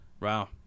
Wow